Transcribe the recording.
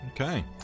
okay